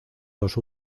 los